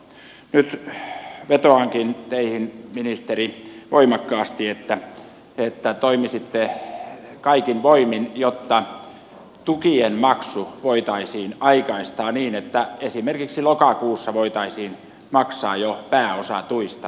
nyt vetoankin teihin ministeri voimakkaasti että toimisitte kaikin voimin jotta tukien maksu voitaisiin aikaistaa niin että esimerkiksi jo lokakuussa voitaisiin maksaa pääosa tuista